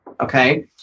okay